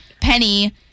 Penny